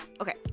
Okay